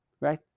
right